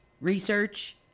Research